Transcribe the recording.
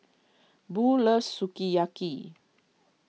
Bo loves Sukiyaki